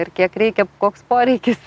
ir kiek reikia koks poreikis